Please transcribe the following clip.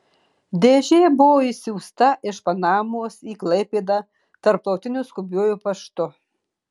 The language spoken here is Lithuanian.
dėžė buvo išsiųsta iš panamos į klaipėdą tarptautiniu skubiuoju paštu